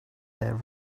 their